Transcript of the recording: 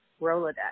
Rolodex